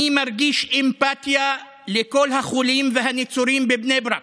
אני מרגיש אמפתיה לכל החולים והנצורים בבני ברק,